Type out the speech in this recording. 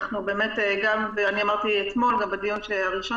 אנחנו באמת ואמרתי אתמול גם בדיון הראשון